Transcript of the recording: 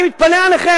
אני מתפלא עליכם,